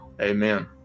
Amen